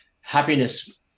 happiness